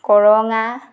কৰঙা